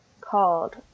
called